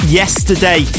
yesterday